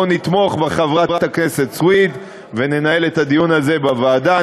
בוא נתמוך בחברת הכנסת סויד וננהל את הדיון הזה בוועדה.